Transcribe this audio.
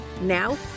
Now